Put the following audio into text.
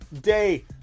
day